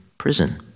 prison